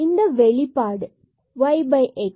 இந்த வெளிப்பாடு yx